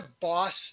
boss